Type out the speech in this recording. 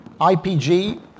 IPG